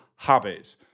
habits